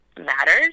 matters